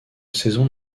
saisons